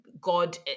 God